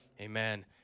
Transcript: amen